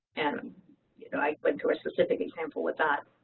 and um you know i went to a specific example with that.